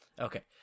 Okay